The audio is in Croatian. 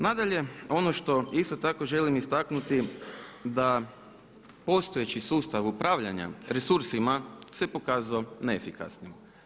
Nadalje, ono što isto tako želim istaknuti da postojeći sustav upravljanja resursima se pokazao neefikasan.